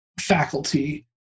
faculty